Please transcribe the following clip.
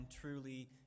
truly